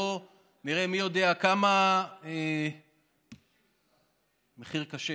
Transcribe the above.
בואו נראה מי יודע כמה, מחירים קשים.